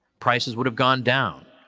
prices would have gone down.